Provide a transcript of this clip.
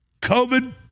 COVID